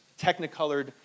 Technicolored